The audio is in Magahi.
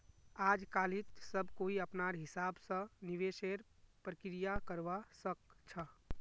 आजकालित सब कोई अपनार हिसाब स निवेशेर प्रक्रिया करवा सख छ